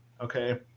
okay